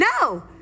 No